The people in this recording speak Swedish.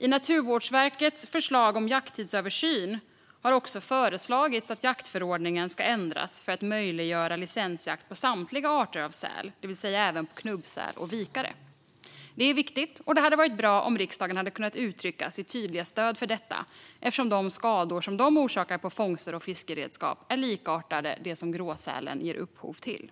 I Naturvårdsverkets förslag om jakttidsöversyn har också föreslagits att jaktförordningen ska ändras för att möjliggöra licensjakt på samtliga arter av säl, det vill säga även knubbsäl och vikare. Det är viktigt, och det hade varit bra om riksdagen hade kunnat uttrycka sitt tydliga stöd för detta, eftersom de skador som dessa orsakar på fångst och fiskeredskap är likartade de som gråsälen ger upphov till.